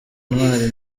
ntwari